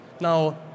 Now